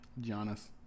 Giannis